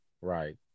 right